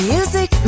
Music